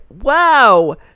Wow